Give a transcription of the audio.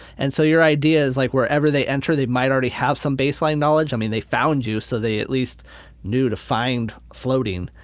and so your idea is like wherever they enter they might already have some baseline knowledge, i mean they found you so they at least knew to find floating.